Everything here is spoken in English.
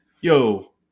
yo